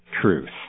truth